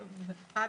חד-משמעית.